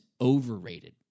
overrated